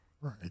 Right